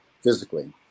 physically